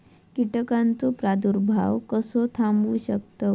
कीटकांचो प्रादुर्भाव कसो थांबवू शकतव?